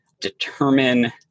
determine